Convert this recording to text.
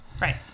Right